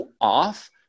off